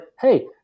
Hey